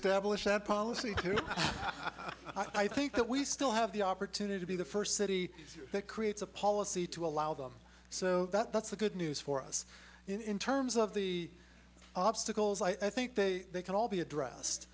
reestablish that policy i think that we still have the opportunity to be the first city that creates a policy to allow them so that that's a good news for us in terms of the obstacles i think they they can all be addressed